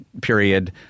period